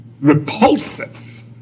repulsive